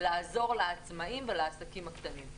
לעזור לעצמאים ולעסקים הקטנים.